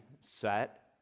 set